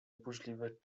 burzliwe